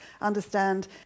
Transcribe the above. understand